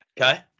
Okay